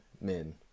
Men